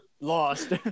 lost